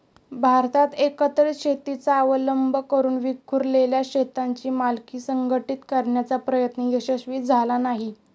भारतात एकत्रित शेतीचा अवलंब करून विखुरलेल्या शेतांची मालकी संघटित करण्याचा प्रयत्न यशस्वी झाला नाही